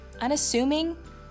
unassuming